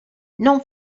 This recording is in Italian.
non